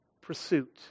pursuit